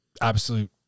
absolute